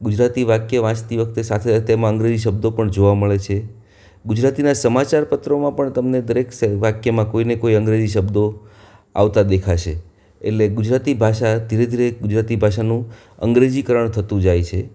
ગુજરાતી વાક્ય વાંચતી વખતે સાથે સાથે તેમાં અંગ્રેજી શબ્દો પણ જોવા મળે છે ગુજરાતીના સમાચાર પત્રોમાં પણ તમને દરેક સે વાક્યમાં કોઈને કોઈ અંગ્રેજી શબ્દો આવતા દેખાશે એટલે ગુજરાતી ભાષા ધીરે ધીરે ગુજરાતી ભાષાનું અંગ્રેજીકરણ થતું જાય છે